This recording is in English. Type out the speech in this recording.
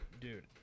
dude